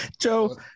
joe